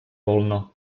wolno